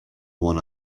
one